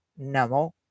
namo